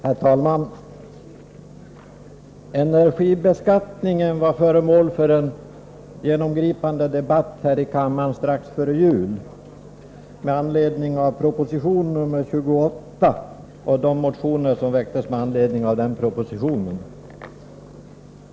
Herr talman! Energibeskattningen var föremål för en genomgripande debatt här i kammaren strax före jul med anledning av proposition 28 och de motioner som väcktes i anslutning till den propositionen.